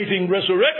resurrection